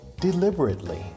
deliberately